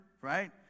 right